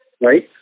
Right